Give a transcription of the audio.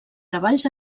treballs